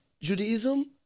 Judaism